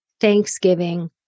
Thanksgiving